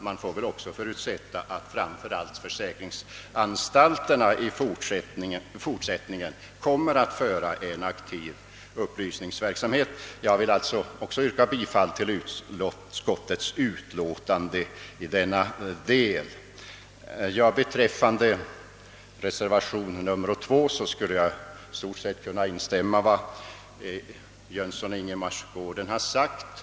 Det får väl också förutsättas att framför allt försäkringsbolagen i fortsättningen kommer att driva en aktiv upplysningsverksamhet i dessa frågor. Jag ber att få yrka bifall till utskottets hemställan i denna del. Beträffande reservation II skulle jag i stort sett kunna instämma i vad herr Jönsson i Ingemarsgården framhållit.